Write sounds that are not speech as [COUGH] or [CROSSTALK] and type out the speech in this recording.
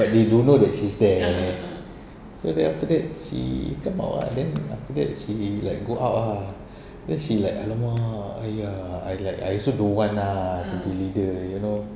but they don't know that she's there [BREATH] so then after that she come out ah then after that she like go out ah [BREATH] then she like !alamak! !aiya! I like I also don't want ah to be leader you know